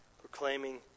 proclaiming